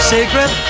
Secret